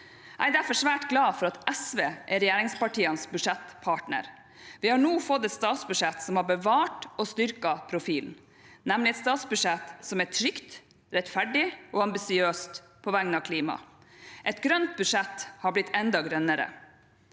Jeg er derfor svært glad for at SV er regjeringspartienes budsjettpartner. Vi har nå fått et statsbudsjett som har bevart og styrket profilen, nemlig et statsbudsjett som er trygt, rettferdig og ambisiøst på vegne av klima. Et grønt budsjett har blitt enda grønnere.